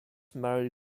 married